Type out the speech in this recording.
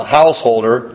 householder